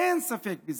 אין ספק בזה.